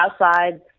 outside